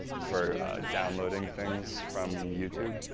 for downloading things from youtube,